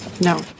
No